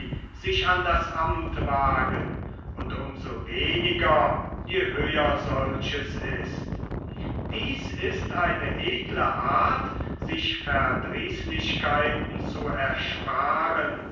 sich an das amt wagen und um so weniger je höher solches ist dies ist eine edle art sich verdrießlichkeiten zu ersparen